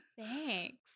Thanks